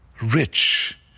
rich